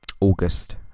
august